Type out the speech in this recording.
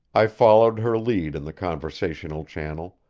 i followed her lead in the conversational channel,